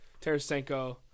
Tarasenko